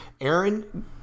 Aaron